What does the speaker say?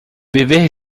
viver